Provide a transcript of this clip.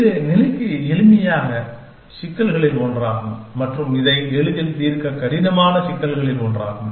இது நிலைக்கு எளிமையான சிக்கல்களில் ஒன்றாகும் மற்றும் இதை எளிதில் தீர்க்க கடினமான சிக்கல்களில் ஒன்றாகும்